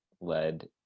led